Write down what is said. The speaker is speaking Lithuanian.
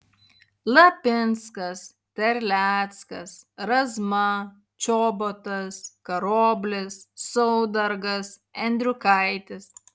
lapinskas terleckas razma čobotas karoblis saudargas endriukaitis